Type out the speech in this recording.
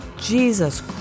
Jesus